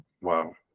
Wow